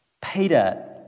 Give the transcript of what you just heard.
Peter